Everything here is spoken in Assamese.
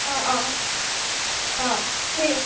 অঁ অঁ অঁ ঠিক আছে